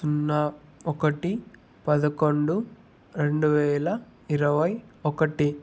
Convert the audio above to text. సున్నా ఒకటి పదకొండు రెండు వేల ఇరవై ఒకటి